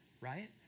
right